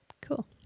Cool